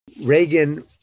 Reagan